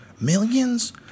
Millions